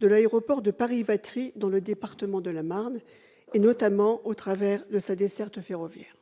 de l'aéroport de Paris-Vatry, dans le département de la Marne, notamment au travers de sa desserte ferroviaire.